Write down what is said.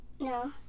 No